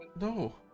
no